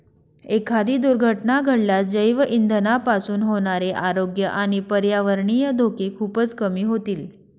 एखादी दुर्घटना घडल्यास जैवइंधनापासून होणारे आरोग्य आणि पर्यावरणीय धोके खूपच कमी होतील